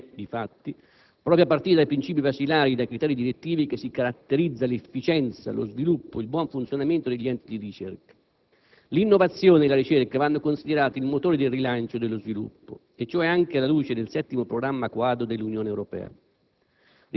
È, difatti, proprio a partire dai princìpi basilari e dai criteri direttivi che si caratterizza l'efficienza, lo sviluppo, il buon funzionamento degli enti di ricerca. L'innovazione e la ricerca vanno considerati il motore del rilancio e dello sviluppo, e ciò anche alla luce del VII Programma Quadro dell'Unione Europea.